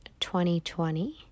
2020